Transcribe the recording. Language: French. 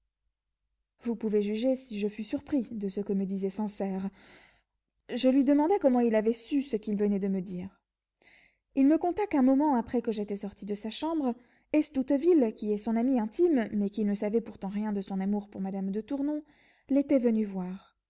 vous pouvez juger si je fus surpris de ce que me disait sancerre je lui demandai comment il avait su ce qu'il venait de me dire il me conta qu'un moment après que j'étais sorti de sa chambre estouteville qui est son ami intime mais qui ne savait pourtant rien de son amour pour madame de tournon l'était venu voir